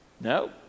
No